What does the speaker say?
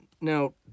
Now